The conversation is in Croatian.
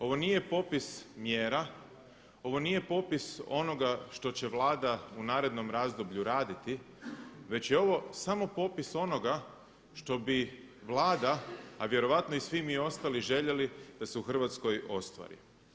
Ovo nije popis mjera, ovo nije popis onoga što će Vlada u narednom razdoblju raditi već je ovo samo popis onoga što bi Vlada, a vjerojatno i svi mi ostali željeli da se u Hrvatskoj ostvari.